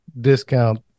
discount